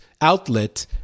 outlet